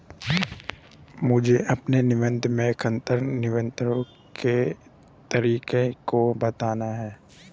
मुझे अपने निबंध में खरपतवार नियंत्रण के तरीकों को बताना है